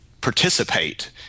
participate